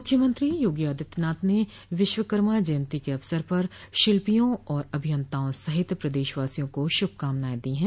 मुख्यमंत्री योगी आदित्यनाथ ने विश्वकर्मा जयन्ती के अवसर पर शिल्पियों और अभियंताओं सहित प्रदेशवासियों को शुभकामनाएं दी है